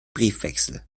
briefwechsel